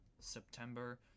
September